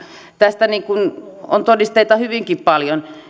tästä on todisteita hyvinkin paljon